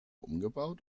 umgebaut